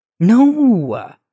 No